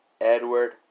Edward